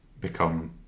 become